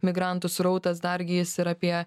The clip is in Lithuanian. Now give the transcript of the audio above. migrantų srautas dargi jis yra apie